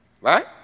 Right